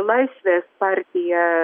laisvės partija